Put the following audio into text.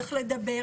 איך לדבר,